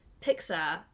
pixar